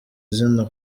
zina